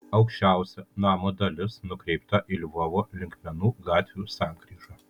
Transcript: aukščiausia namo dalis nukreipta į lvovo linkmenų gatvių sankryžą